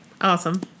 Awesome